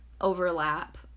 overlap